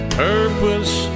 purpose